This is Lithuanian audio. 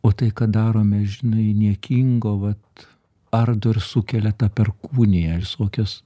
o tai ką darome žinai niekingo vat ardo ir sukelia tą perkūniją visokius